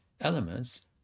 elements